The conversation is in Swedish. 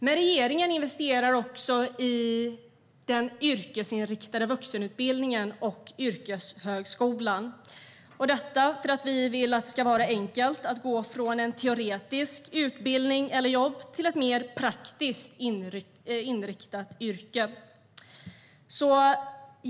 Men regeringen investerar också i den yrkesinriktade vuxenutbildningen och yrkeshögskolan. Detta gör vi för att vi vill att det ska vara enkelt att gå från en teoretisk utbildning eller jobb till ett mer praktiskt inriktat yrke.